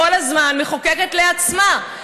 כל הזמן מחוקקת לעצמה?